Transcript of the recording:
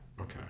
Okay